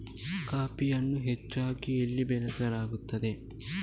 ಕಾಫಿಯನ್ನು ಹೆಚ್ಚಾಗಿ ಎಲ್ಲಿ ಬೆಳಸಲಾಗುತ್ತದೆ?